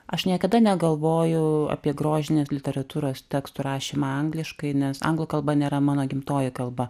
aš niekada negalvojau apie grožinės literatūros tekstų rašymą angliškai nes anglų kalba nėra mano gimtoji kalba